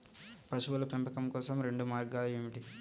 పశువుల పెంపకం కోసం రెండు మార్గాలు ఏమిటీ?